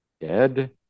dead